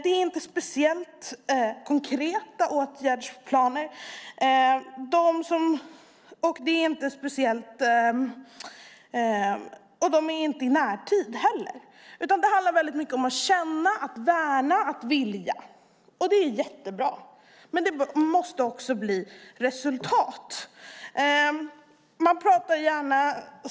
Det är inte speciellt konkreta åtgärdsplaner. De är inte heller i närtid. Det handlar väldigt mycket om att känna, att värna och att vilja. Det är jättebra, men det måste också bli resultat.